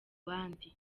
bandi